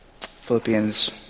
Philippians